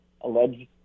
alleged